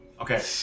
Okay